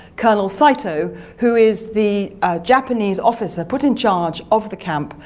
colonel saito who is the japanese officer put in charge of the camp,